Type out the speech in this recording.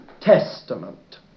Testament